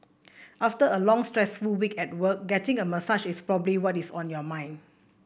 after a long stressful week at work getting a massage is probably what is on your mind